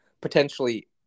potentially